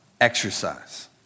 Exercise